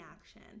action